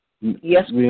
yes